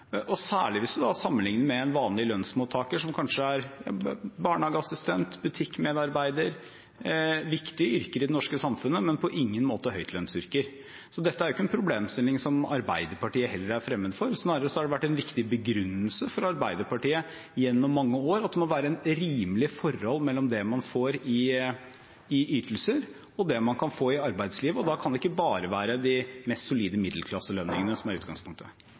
og særlig hvis man sammenligner med en vanlig lønnsmottaker, som kanskje er barnehageassistent, butikkmedarbeider – viktige yrker i det norske samfunnet, men på ingen måte høytlønnsyrker. Dette er ikke en problemstilling som Arbeiderpartiet heller er fremmed for. Snarere har det vært en viktig begrunnelse for Arbeiderpartiet gjennom mange år at det må være et rimelig forhold mellom det man får i ytelser, og det man kan få i arbeidslivet, og da kan det ikke bare være de mest solide middelklasselønningene som er utgangspunktet.